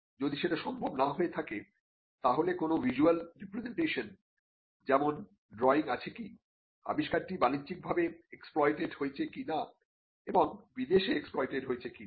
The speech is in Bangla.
যদি সেটা সম্ভব না হয়ে থাকে তাহলে কোন ভিসুয়াল রিপ্রেজেন্টেশন visual যেমন ড্রয়িং আছে কি আবিষ্কারটি বাণিজ্যিকভাবে এক্সপ্লয়েটেড হয়েছে কিনা এবং বিদেশে এক্সপ্লয়েটেড হয়েছে কিনা